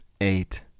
Eight